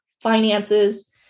finances